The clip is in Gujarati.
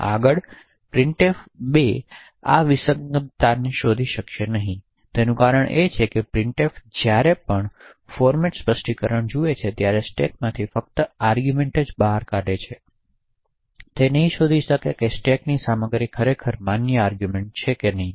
આગળ પ્રિન્ટફ 2 આ વિસંગતતાને શોધી શકશે નહીં તેનું કારણ એ છે કે પ્રિન્ટફ જ્યારે પણ ફોર્મેટ સ્પષ્ટીકરણો જુએ છે ત્યારે સ્ટેકમાંથી ફક્ત આર્ગૂમેંટ બહાર કાઢે છે તે શોધી શકશે નહીં કે સ્ટેકની સામગ્રી ખરેખર માન્ય આર્ગૂમેંટ છે કે નહીં